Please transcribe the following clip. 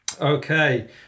Okay